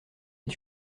est